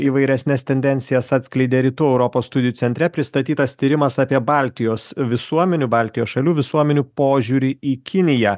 įvairesnes tendencijas atskleidė rytų europos studijų centre pristatytas tyrimas apie baltijos visuomenių baltijos šalių visuomenių požiūrį į kiniją